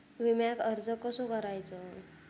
विम्याक अर्ज कसो करायचो?